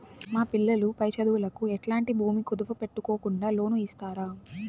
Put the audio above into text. మా పిల్లలు పై చదువులకు ఎట్లాంటి భూమి కుదువు పెట్టుకోకుండా లోను ఇస్తారా